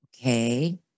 okay